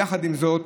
יחד עם זאת,